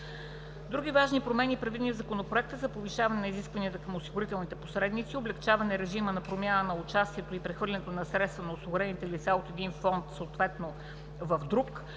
Други важни промени, предвидени в Законопроекта, са повишаване на изискванията към осигурителните посредници, облекчаване на режима на промяна на участието и прехвърляне на средства на осигурените лица от един фонд съответно в друг